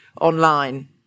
online